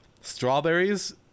strawberries